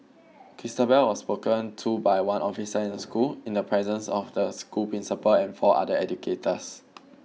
Christabel was spoken to by one officer in school in the presence of the school principal and four other educators